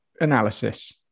analysis